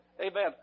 Amen